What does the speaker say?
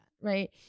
right